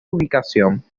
ubicación